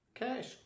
cash